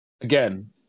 Again